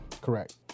Correct